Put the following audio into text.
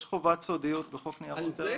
יש חובת סודיות בחוק ניירות ערך.